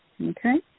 okay